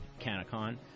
Canacon